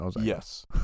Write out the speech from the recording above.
yes